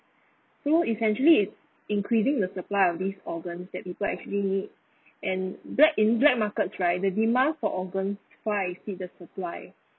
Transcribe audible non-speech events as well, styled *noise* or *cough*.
so essentially it's increasing the supply of these organs that people actually need *breath* and black in black markets right the demand for organs far exceeds the supply